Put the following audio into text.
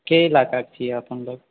के इलाकाके छी अपन लोक